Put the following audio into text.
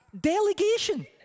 Delegation